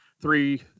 three